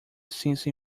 since